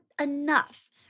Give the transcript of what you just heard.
enough